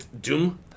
Doom